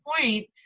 point